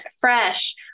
fresh